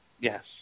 Yes